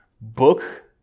book